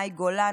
מאי גולן.